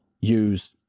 use